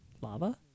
lava